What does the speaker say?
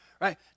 right